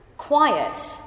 Quiet